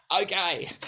Okay